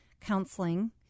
counseling